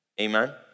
Amen